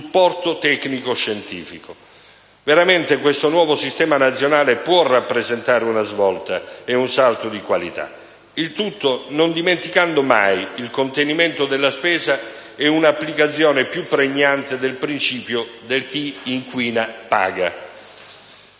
supporto tecnico-scientifico. Veramente questo nuovo Sistema nazionale può rappresentare una svolta e un salto di qualità, non dimenticando però mai il contenimento della spesa e un'applicazione più pregnante del principio del «chi inquina paga».